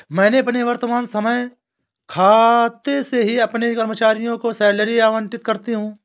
मैं अपने वर्तमान खाते से ही अपने कर्मचारियों को सैलरी आबंटित करती हूँ